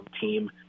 team